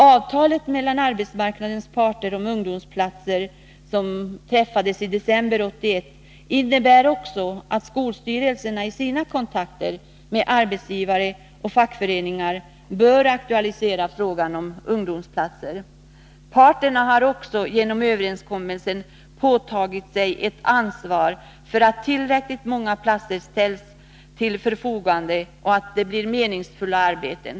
Avtalet mellan arbetsmarknadens parter om ungdomsplatser, vilket träffades i december 1981, innebär också att skolstyrelserna i sina kontakter med arbetsgivare och fackföreningar bör aktualisera frågan om ungdomsplatser. Parterna har också genom överenskommelsen påtagit sig ett ansvar för att tillräckligt många platser ställs till förfogande och att det blir meningsfulla arbeten.